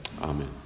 Amen